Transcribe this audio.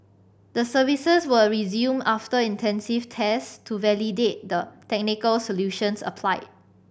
the services were resumed after intensive test to validate the technical solutions applied